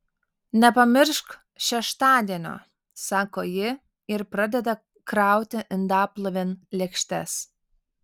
nepamiršk šeštadienio sako ji ir pradeda krauti indaplovėn lėkštes